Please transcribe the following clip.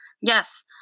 Yes